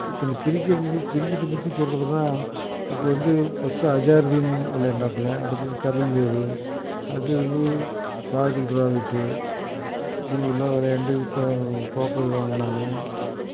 இப்போ இந்த கிரிக்கெட் கிரிக்கெட்டை பற்றி சொல்கிறதுன்னா அப்போ வந்து ஃபர்ஸ்ட் அசாருதீன் விளையாண்டாப்புல அடுத்தது கபில்தேவு அடுத்தது ராகுல்டிராவிட் இப்படியெல்லாம் விளையாண்டு கோப்பையை வாங்கினாங்க